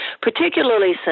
particularly